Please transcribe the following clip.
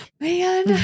man